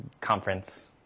conference